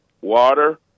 water